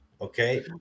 okay